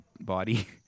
body